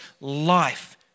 life